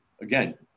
again